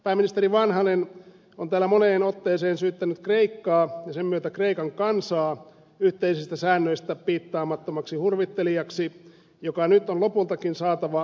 pääministeri vanhanen on täällä moneen otteeseen syyttänyt kreikkaa ja sen myötä kreikan kansaa yhteisistä säännöistä piittaamattomaksi hurvittelijaksi joka nyt on lopultakin saatava yhteiseen eurokuriin